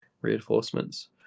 reinforcements